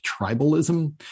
tribalism